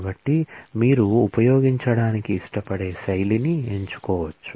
కాబట్టి మీరు ఉపయోగించడానికి ఇష్టపడే శైలిని ఎంచుకోవచ్చు